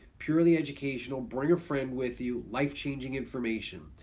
purely educational, bring a friend with you, life-changing information.